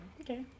Okay